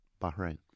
Bahrain